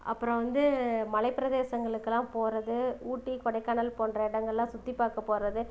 அப்புறம் வந்து மலை பிரதேஷங்களுக்கெல்லாம் போகிறது ஊட்டி கொடைக்கானல் போன்ற இடங்கள்லாம் சுற்றி பார்க்க போகிறது